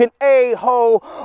a-hole